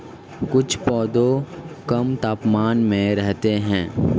कुछ पौधे कम तापमान में रहते हैं